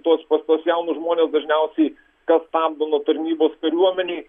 tuos tuos tuos jaunus žmones dažniausiai kas stabdo nuo tarnybos kariuomenėj